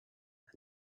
and